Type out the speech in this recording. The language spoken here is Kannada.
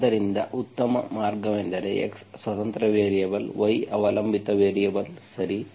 ಆದ್ದರಿಂದ ಉತ್ತಮ ಮಾರ್ಗವೆಂದರೆ x ಸ್ವತಂತ್ರ ವೇರಿಯೇಬಲ್ y ಅವಲಂಬಿತ ವೇರಿಯೇಬಲ್ ಸರಿ